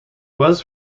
was